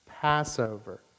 Passover